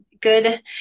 good